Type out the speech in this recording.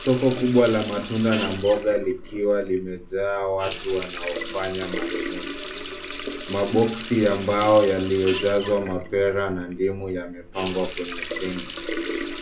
Soko kubwa la matunda na mboga likiwa limejaa watu wanaofanya manunuzi. Maboxi ya mbao yaliyojazwa mapera na ndimu yamepangwa kwenye stendi.